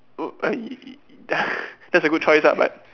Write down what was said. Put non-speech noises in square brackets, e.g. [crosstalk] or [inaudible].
oh I mean [laughs] that's a good choice ah but